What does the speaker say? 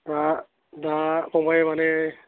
दा दा फंबाया माने